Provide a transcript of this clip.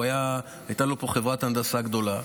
הייתה לו פה חברת הנדסה גדולה,